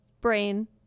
brain